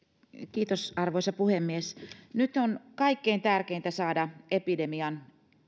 arvoisa puhemies nyt on kaikkein tärkeintä saada epidemian